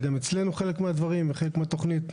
זה גם אצלנו חלק מהדברים וחלק מהתוכנית.